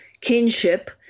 kinship